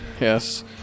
yes